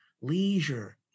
leisure